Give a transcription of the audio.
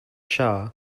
shah